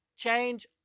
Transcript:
change